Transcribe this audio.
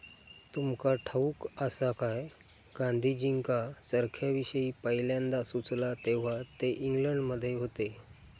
तुमका ठाऊक आसा काय, गांधीजींका चरख्याविषयी पयल्यांदा सुचला तेव्हा ते इंग्लंडमध्ये होते